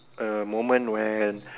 a moment when